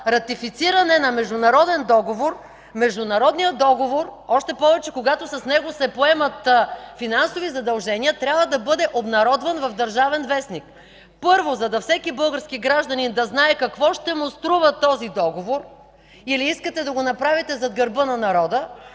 ратифициране на международен договор, международният договор, още повече когато с него се поемат финансови задължения, трябва да бъде обнародван в „Държавен вестник”. Първо, за да знае всеки български гражданин какво ще му струва този договор, или искате да го направите зад гърба на народа?